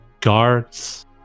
guards